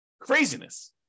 Craziness